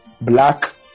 Black